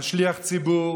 לשליח הציבור,